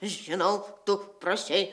žinau tu prašei